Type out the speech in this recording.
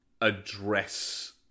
address